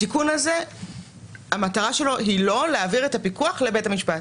מטרת התיקון הזה היא לא להעביר את הפיקוח לבית המשפט,